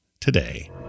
today